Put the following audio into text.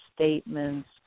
statements